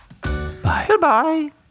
Goodbye